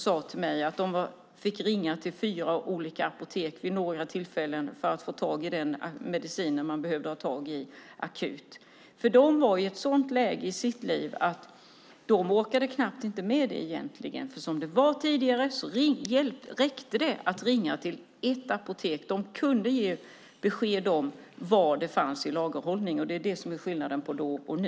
Hon sade till mig att man vid några tillfällen var tvungen att ringa till fyra olika apotek för att få tag i den medicin som man behövde ha tag i akut. Dessa människor orkar nästan inte med det. Som det var tidigare räckte det att ringa till ett apotek som kunde ge besked om var medicinen fanns i lager. Det är skillnaden mellan då och nu.